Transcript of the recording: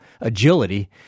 agility